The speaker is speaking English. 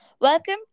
Welcome